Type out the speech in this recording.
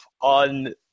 on